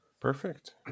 perfect